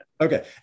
Okay